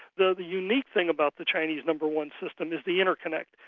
the the unique thing about the chinese number one system is the interconnect.